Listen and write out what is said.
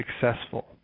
successful